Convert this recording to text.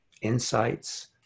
insights